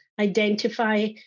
identify